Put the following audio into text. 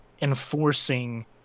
enforcing